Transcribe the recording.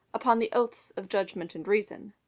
upon the oaths of judgment and reason.